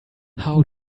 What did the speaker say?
how